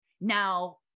Now